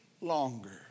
longer